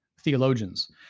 theologians